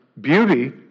beauty